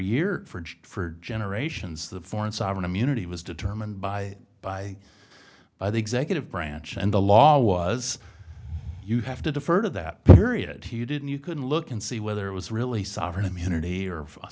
year for generations the foreign sovereign immunity was determined by by by the executive branch and the law was you have to defer to that period you didn't you could look and see whether it was really sovereign immunity or